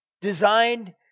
designed